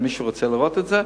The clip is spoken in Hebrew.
אם מישהו רוצה לראות את זה.